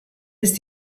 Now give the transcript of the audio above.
ist